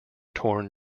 torn